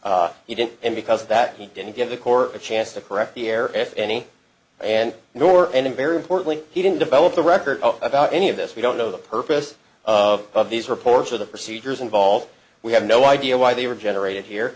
he didn't and because of that he didn't give the corps a chance to correct the there any and nor any very importantly he didn't develop the record about any of this we don't know the purpose of of these reports of the procedures involved we have no idea why they were generated here